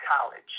college